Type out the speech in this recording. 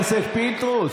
הכנסת פינדרוס,